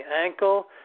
ankle